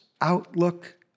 outlook